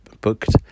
booked